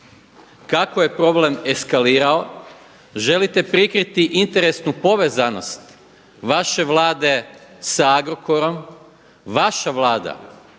kako je problem eskalirao, želite prikriti interesnu povezanost vaše Vlade sa Agrokorom. Vaša Vlada